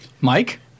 Mike